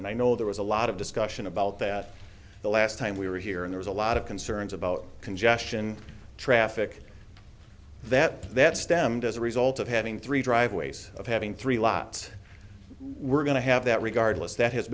and i know there was a lot of discussion about that the last time we were here and there's a lot of concerns about congestion traffic that that stemmed as a result of having three driveways of having three lots we're going to have that regardless that has